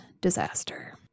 disaster